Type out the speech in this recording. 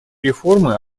реформы